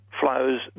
flows